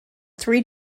three